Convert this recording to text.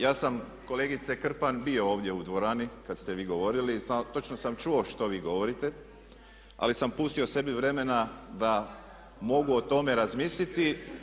Ja sam kolegice Krpan bio ovdje u dvorani kad ste vi govorili i točno sam čuo što vi govorite ali sam pustio sebi vremena da mogu o tome razmisliti.